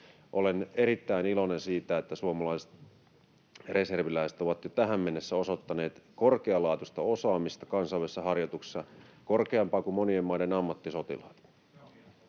Olen erittäin iloinen siitä, että suomalaiset reserviläiset ovat jo tähän mennessä osoittaneet korkealaatuista osaamista kansainvälisissä harjoituksissa, korkeampaa kuin monien maiden ammattisotilaat.